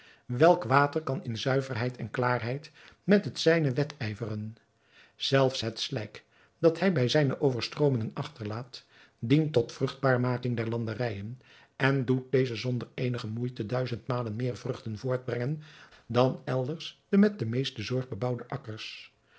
welk water kan in zuiverheid en klaarheid met het zijne wedijveren zelfs het slijk dat hij bij zijne overstroomingen achterlaat dient tot vruchtbaarmaking der landerijen en doet deze zonder eenige moeite duizend malen meer vruchten voortbrengen dan elders de met de meeste zorg bebouwde akkers